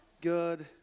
Good